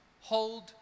hold